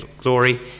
glory